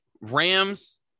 Rams